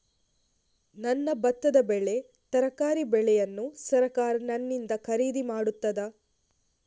ನನ್ನ ಭತ್ತದ ಬೆಳೆ, ತರಕಾರಿ ಬೆಳೆಯನ್ನು ಸರಕಾರ ನನ್ನಿಂದ ಖರೀದಿ ಮಾಡುತ್ತದಾ?